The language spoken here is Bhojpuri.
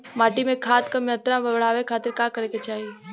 माटी में खाद क मात्रा बढ़ावे खातिर का करे के चाहीं?